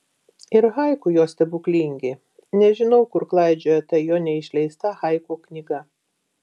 ir haiku jo stebuklingi nežinau kur klaidžioja ta jo neišleista haiku knyga